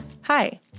Hi